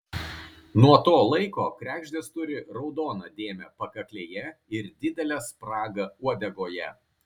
nuo to laiko kregždės turi raudoną dėmę pakaklėje ir didelę spragą uodegoje